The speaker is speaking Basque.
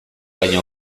baino